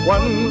One